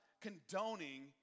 condoning